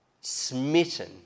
smitten